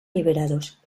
liberados